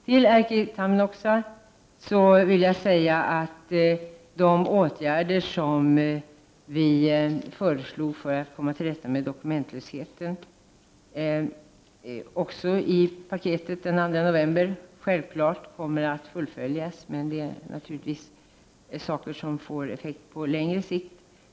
Till Erkki Tammenoksa vill jag säga att de åtgärder som regeringen föreslog för att komma till rätta med dokumentlösheten i samband med åtgärdspaketet den 2 november självfallet kommer att fullföljas. Men dessa åtgärder får naturligtvis effekter på längre sikt.